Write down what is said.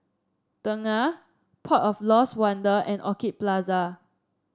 Tengah Port of Lost Wonder and Orchid Plaza